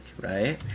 Right